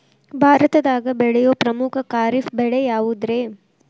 ಭಾರತದಾಗ ಬೆಳೆಯೋ ಪ್ರಮುಖ ಖಾರಿಫ್ ಬೆಳೆ ಯಾವುದ್ರೇ?